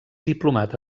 diplomat